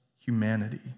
humanity